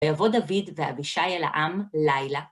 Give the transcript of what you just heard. ויעבוד דוד ואבישי אל העם, לילה.